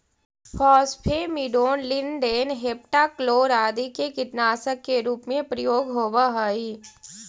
phosphamidon, lindane, heptachlor आदि के कीटनाशक के रूप में प्रयोग होवऽ हई